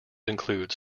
include